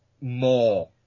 more